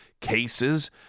cases